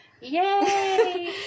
Yay